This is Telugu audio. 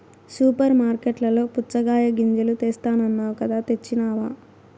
సూపర్ మార్కట్లలో పుచ్చగాయ గింజలు తెస్తానన్నావ్ కదా తెచ్చినావ